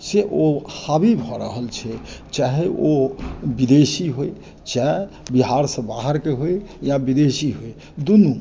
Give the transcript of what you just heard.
सेहो हावी भऽ रहल छै चाहे ओ विदेशी होइ चाहे बिहारसँ बाहरकेँ होइ या विदेशी होइ दुनू